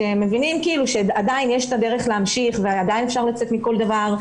והם מבינים שעדיין יש את הדרך להמשיך ועדיין אפשר לצאת מכל דבר,